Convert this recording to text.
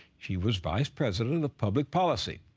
she was vice president of public policy.